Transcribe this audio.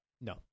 No